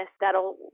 that'll